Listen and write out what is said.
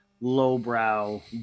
lowbrow